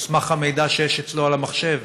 על סמך המידע שיש אצלו על המחשב,